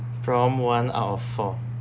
from one out of four